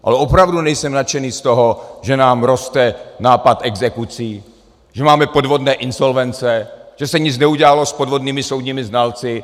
Ale opravdu nejsem nadšený z toho, že nám roste nápad exekucí, že máme podvodné insolvence, že se nic neudělalo s podvodnými soudními znalci.